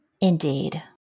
Indeed